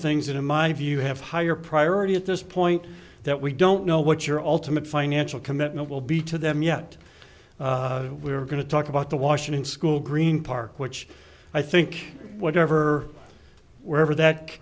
things that in my view have higher priority at this point that we don't know what your ultimate financial commitment will be to them yet we're going to talk about the washington school green park which i think whatever wherever that